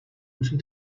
bütün